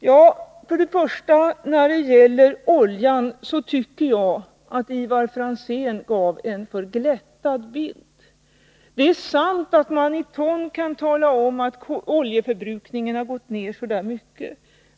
Ja, när det gäller oljan tycker jag att Ivar Franzén gav en för glättad bild. Det är sant att man i ton kan tala om att oljeförbrukningen har gått ner så mycket.